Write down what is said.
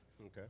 Okay